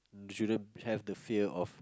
shouldn't have the fear of